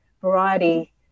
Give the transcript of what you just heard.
variety